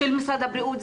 משרד הבריאות,